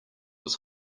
was